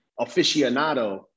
aficionado